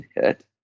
hit